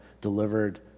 delivered